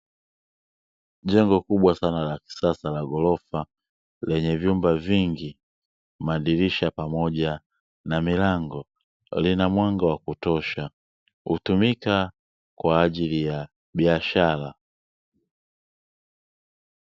Jengo kubwa sana la kisasa la ghorofa lenye vyumba vingi, madirisha pamoja na milango lina mwanga wa kutosha hutumika kwaajili ya biashara.